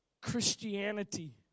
Christianity